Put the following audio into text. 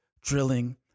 drilling